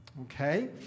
okay